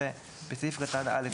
- בסעיף קטן (א),